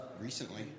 recently